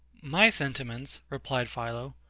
my sentiments, replied philo,